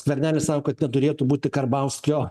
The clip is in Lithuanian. skvernelis sako kad neturėtų būti karbauskio